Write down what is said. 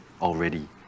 already